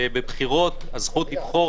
שבבחירות הזכות לבחור,